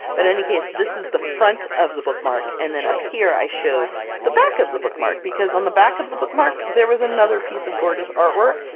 but in any case, this is the front of the bookmark, and then up here i showed the back of the bookmark, because on the back of the bookmark, there was another piece of gorgeous artwork,